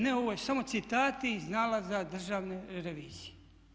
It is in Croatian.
Ne ovo su samo citati iz nalaza Državne revizije.